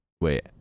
wait